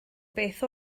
beth